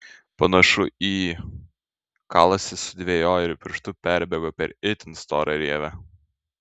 panašu į kalasi sudvejojo ir pirštu perbėgo per itin storą rievę